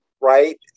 right